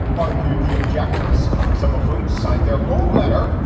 argued the objectors, some of whom signed their own letter,